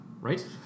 Right